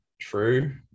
true